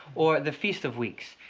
or the feast of weeks.